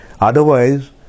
Otherwise